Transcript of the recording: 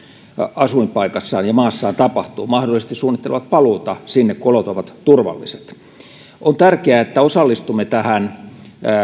asuinpaikassaan ja maassaan tapahtuu mahdollisesti suunnittelevat paluuta sinne kun olot ovat turvalliset on tärkeää että osallistumme tähän